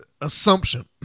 assumption